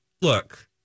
look